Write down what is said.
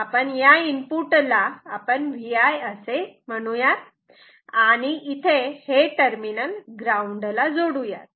या इनपुटला आपण Vi असे म्हणू यात आणि हे टर्मिनल ग्राऊंडला जोडू यात